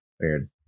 weird